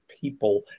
people